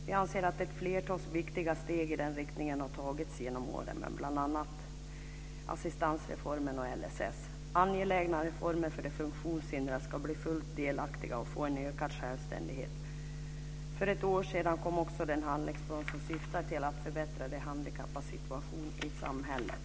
Vi anser att ett flertal viktiga steg i den riktningen har tagits genom åren med bl.a. assistansreformen och LSS - angelägna reformer för att de funktionshindrade ska bli fullt delaktiga och få en ökad självständighet. För ett år sedan kom också den handlingsplan som syftar till att förbättra de handikappades situation i samhället.